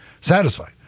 satisfied